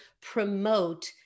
promote